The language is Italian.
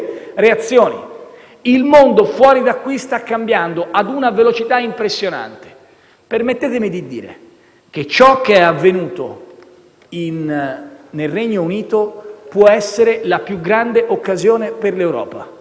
reazioni. Il mondo fuori di qui sta cambiando a una velocità impressionante. Permettetemi di dire che ciò che è avvenuto nel Regno Unito può essere la più grande occasione per l'Europa,